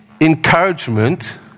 encouragement